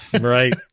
Right